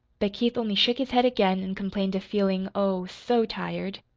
but keith only shook his head again and complained of feeling, oh, so tired.